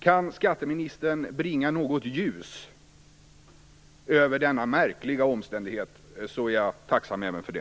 Om skatteministern kan bringa något ljus över denna märkliga omständighet är jag tacksam även för det.